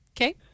Okay